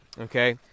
okay